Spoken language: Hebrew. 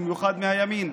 במיוחד מהימין.